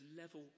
level